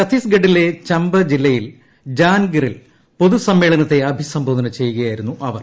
ഛത്തീസ്ഗഡിലെ ചമ്പ ജില്ലയിൽ ജാൻഗിറിൽ പൊതുസമ്മേളനത്തെ അഭിസംബോധന ചെയ്യുകയായിരുന്നു അവർ